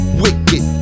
wicked